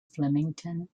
flemington